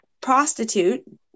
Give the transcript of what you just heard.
prostitute